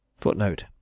Footnote